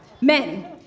Men